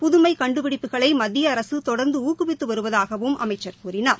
புதுமை கண்டுபிடிப்புகளை மத்திய அரசு தொடர்ந்து ஊக்குவித்து வருவதாகவும் அமைச்சர் கூறினார்